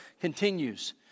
continues